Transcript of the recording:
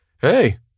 hey